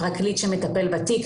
פרקליט שמטפל בתיק,